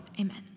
Amen